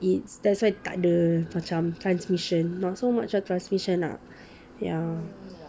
it's that's why tak ada macam transmission not so much of transmission ah ya